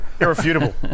irrefutable